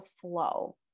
flow